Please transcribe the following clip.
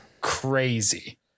crazy